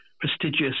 prestigious